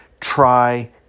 try